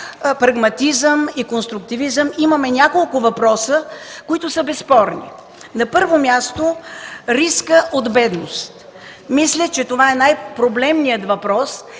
прагматизъм и конструктивизъм, имаме няколко въпроса, които са безспорни. На първо място, рискът от бедност. Мисля, че това е най-проблемният въпрос